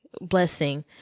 Blessing